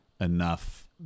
enough